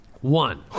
One